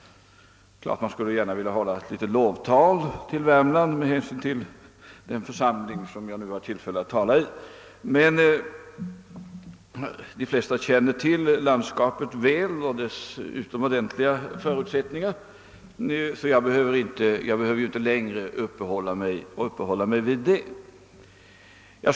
Det är klart att jag skulle vilja hålla ett litet lovtal till Värmland med hänsyn till den församling som jag nu har tillfälle att tala inför, men de flesta känner väl till landskapet och dess utomordentliga förutsättningar så jag behöver inte längre uppehålla mig vid detta.